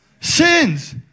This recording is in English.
sins